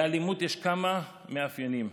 לאלימות יש כמה מאפיינים: